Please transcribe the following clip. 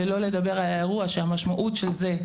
לא לדבר על האירוע שהמשמעות של זה,